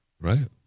right